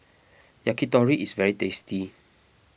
Yakitori is very tasty